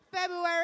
February